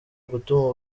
gutuma